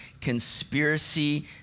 conspiracy